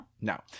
No